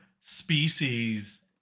species